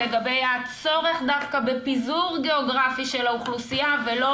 לגבי הצורך דווקא בפיזור גיאוגרפי של האוכלוסייה ולא